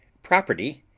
property,